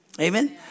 Amen